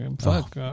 Fuck